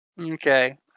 Okay